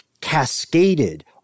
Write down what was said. cascaded